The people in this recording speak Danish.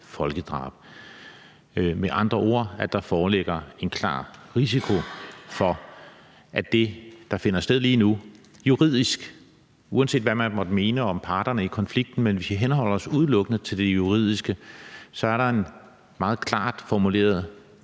folkedrab, med andre ord, at der foreligger en klar risiko for, at det, der finder sted lige nu – uanset hvad man måtte mene om parterne i konflikten, og hvis vi henholder os udelukkende til det juridiske – kan blive betegnet og dømt